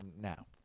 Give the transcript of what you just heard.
now